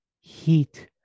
Heat